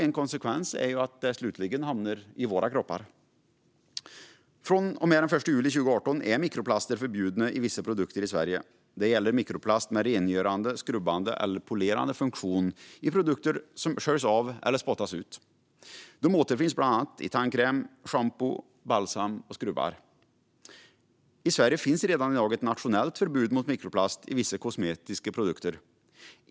En konsekvens är att de slutligen hamnar i våra kroppar. Sedan den 1 juli 2018 är mikroplaster förbjudna i vissa produkter i Sverige. Det gäller mikroplast med rengörande, skrubbande eller polerande funktion i produkter som sköljs av eller spottas ut. De återfinns i bland annat tandkräm, schampo, balsam och skrubbar. I Sverige finns redan i dag ett nationellt förbud mot mikroplast i vissa kosmetiska produkter.